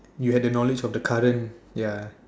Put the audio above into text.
you had the knowledge of the current ya